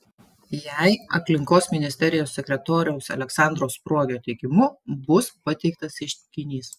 jai aplinkos ministerijos sekretoriaus aleksandro spruogio teigimu bus pateiktas ieškinys